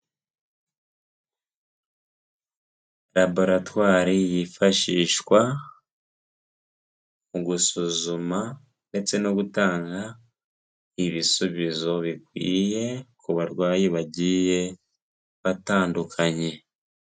Raboratwari yifashishwa mu gusuzuma ndetse no gutanga ibisubizo bikwiye ku barwayi bagiye batandukanye.